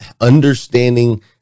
understanding